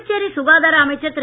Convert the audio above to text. புதுச்சேரி சுகாதார அமைச்சர் திரு